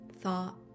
thought